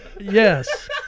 Yes